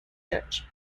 church